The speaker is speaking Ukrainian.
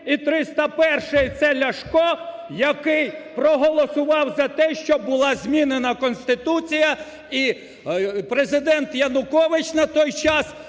і 301-й це Ляшко, який проголосував за те, щоб була змінена Конституція і Президент Янукович на той час